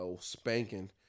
spanking